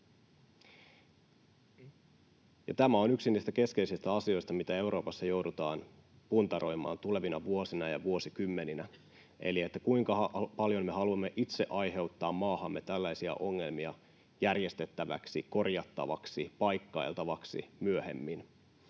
Tämä on yksi niistä keskeisistä asioista, mitä Euroopassa joudutaan puntaroimaan tulevina vuosina ja vuosikymmeninä, eli että kuinka paljon me haluamme itse aiheuttaa maahamme tällaisia ongelmia järjestettäväksi, korjattavaksi, paikkailtavaksi myöhemmin,